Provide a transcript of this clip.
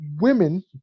women